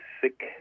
sick